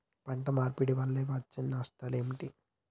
పంట మార్పిడి వల్ల వచ్చే నష్టాలు ఏమిటి?